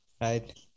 right